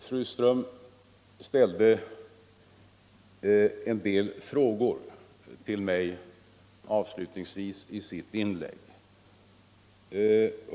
Fru Ström ställde en del frågor till mig avslutningsvis i sitt inlägg.